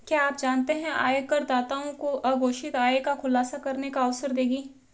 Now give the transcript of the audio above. क्या आप जानते है आयकरदाताओं को अघोषित आय का खुलासा करने का अवसर देगी?